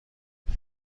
ولی